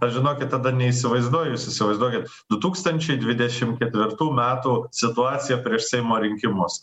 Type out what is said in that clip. aš žinokit tada neįsivaizduoju jūs įsivaizduokit du tūkstančiai dvidešim ketvirtų metų situaciją prieš seimo rinkimus